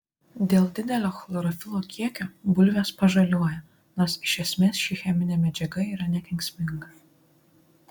dėl didelio chlorofilo kiekio bulvės pažaliuoja nors iš esmės ši cheminė medžiaga yra nekenksminga